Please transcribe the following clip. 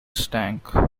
stank